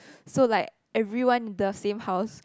so like everyone in the same house